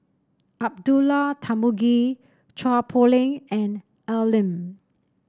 Abdullah Tarmugi Chua Poh Leng and Al Lim